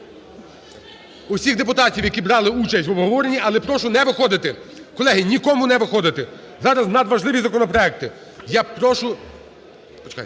усіх депутатів, які брали участь в обговоренні. Але прошу не виходити. Колеги, нікому не виходити, зараз надважливі законопроекти. Я прошу